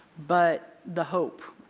but, the hope.